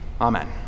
Amen